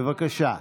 בבקשה.